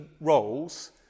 roles